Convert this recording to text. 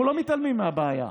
אנחנו לא מתעלמים מהבעיה,